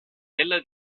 della